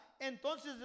entonces